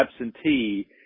absentee